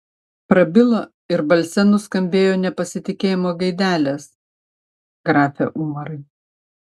prabilo ir balse nuskambėjo nepasitikėjimo gaidelės grafe umarai